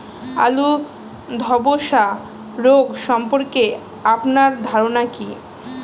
আলু ধ্বসা রোগ সম্পর্কে আপনার ধারনা কী?